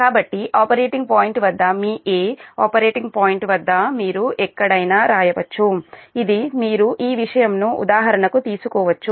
కాబట్టి operating point వద్ద మీ 'a' ఆపరేటింగ్ పాయింట్ వద్ద మీరు ఎక్కడైనా వ్రాయవచ్చు ఇది మీరు ఈ విషయం ను ఉదాహరణకు తీసుకోవచ్చు